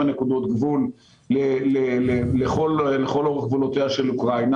נקודות גבול לכל אורך גבולותיה של אוקראינה,